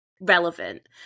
relevant